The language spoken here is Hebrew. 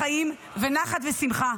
וחיים ונחת ושמחה.